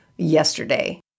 yesterday